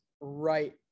right